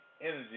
energy